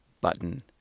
button